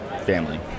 family